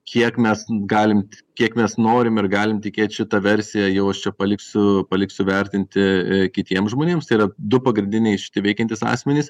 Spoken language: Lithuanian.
kiek mes galimt kiek mes norim ir galim tikėt šita versija jau aš čia paliksiu paliksiu vertinti i kitiem žmonėms tai yra du pagrindiniai šiti veikiantys asmenys